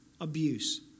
abuse